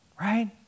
Right